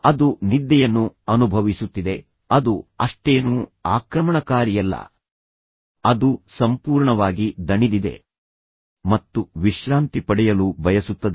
ಅದು ನಿದ್ದೆಯನ್ನು ಅನುಭವಿಸುತ್ತಿದೆ ಅದು ಅಷ್ಟೇನೂ ಆಕ್ರಮಣಕಾರಿಯಲ್ಲ ಅದು ಸಂಪೂರ್ಣವಾಗಿ ದಣಿದಿದೆ ಮತ್ತು ವಿಶ್ರಾಂತಿ ಪಡೆಯಲು ಬಯಸುತ್ತದೆ